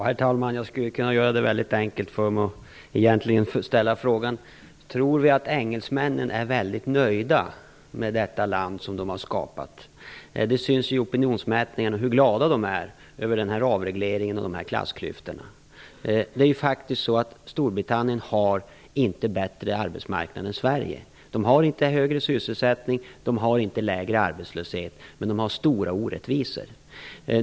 Herr talman! Jag kan göra det mycket enkelt för mig genom att fråga: Tror vi att engelsmännen är nöjda med det land som de har skapat? Det syns ju i opinionsmätningarna hur glada de är över avregleringen och klassklyftorna! Storbritannien har faktiskt inte bättre arbetsmarknad än Sverige. De har inte högre sysselsättning och inte lägre arbetslöshet, men de har stora orättvisor.